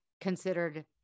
considered